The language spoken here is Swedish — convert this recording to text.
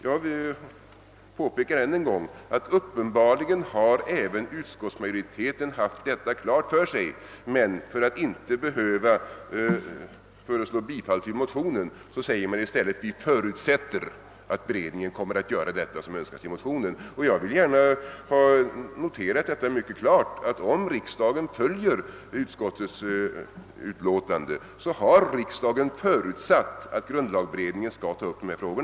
Jag påpekar ännu en gång att även utskottsmajoriteten uppenbarligen haft detta klart för sig, men för att inte behöva föreslå bifall till motionen säger man att utskottet förutsätter att beredningen kommer att ta upp de problem som aktualiseras i motionen. Jag vill gärna ha noterat att om riksdagen bifaller utskottets hemställan, så har också riksdagen förutsatt att grundlagberedningen skall ta upp dessa frågor.